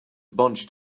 bunched